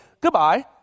goodbye